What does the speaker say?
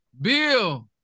Bill